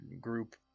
group